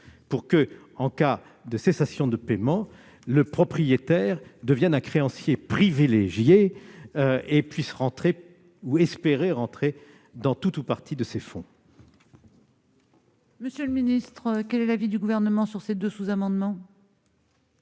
pour que, en cas de cessation de paiements, le propriétaire devienne un créancier privilégié et puisse entrer ou espérer entrer dans tout ou partie de ces fonds. Tel est l'objet de ce sous-amendement. Quel est l'avis du Gouvernement sur ces deux sous-amendements ?